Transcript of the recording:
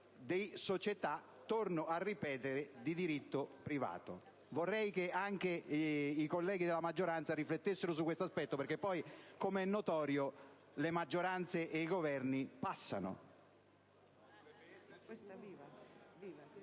in società, torno a ripetere, di diritto privato. Vorrei che anche i colleghi della maggioranza riflettessero su questo aspetto, perché poi, come è notorio, le maggioranze e i Governi passano.